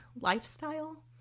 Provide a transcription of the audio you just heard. lifestyle